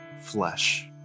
flesh